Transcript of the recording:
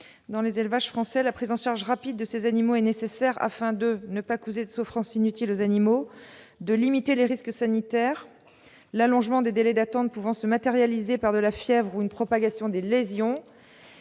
dans les élevages français. La prise en charge rapide des animaux accidentés est nécessaire pour plusieurs raisons : ne pas causer de souffrance inutile aux animaux ; limiter les risques sanitaires, l'allongement des délais d'attente pouvant se matérialiser par de la fièvre ou une propagation des lésions